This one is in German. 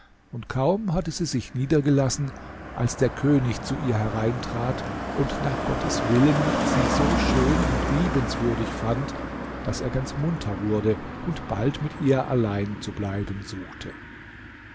und kaum hatte sie sich niedergelassen als der könig zu ihr hereintrat und nach gottes willen sie so schön und liebenswürdig fand daß er ganz munter wurde und bald mit ihr allein zu bleiben suchte